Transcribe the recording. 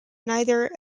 neither